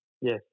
Yes